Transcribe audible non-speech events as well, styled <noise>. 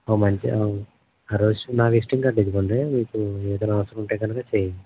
ఓ మంచి <unintelligible> రోజు నా విజిటింగ్ కార్డ్ ఇదిగోండి మీకు ఏదైన అవసరం ఉంటే కనక చేయండి